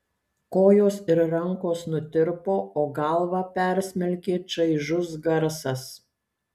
kojos ir rankos nutirpo o galvą persmelkė čaižus garsas